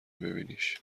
ببینیش